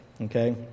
Okay